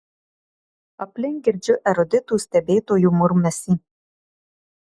aplink girdžiu eruditų stebėtojų murmesį